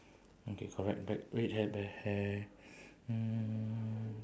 okay correct black red hair black hair mm